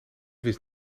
wist